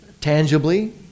tangibly